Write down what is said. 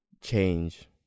change